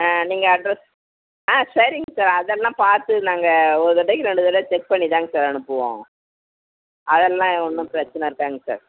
ஆ நீங்கள் அட்ரஸ் ஆ சரிங்க சார் அதெல்லாம் பார்த்து நாங்கள் ஒரு தடவைக்கு ரெண்டு தடவை செக் பண்ணி தாங்க சார் அனுப்புவோம் அதெல்லாம் ஒன்றும் பிரச்சின இருக்காதுங்க சார்